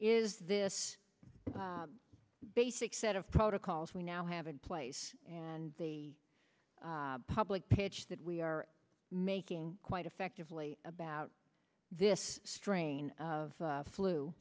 is this basic set of protocols we now have in place and they public pitch that we are making quite effectively about this strain of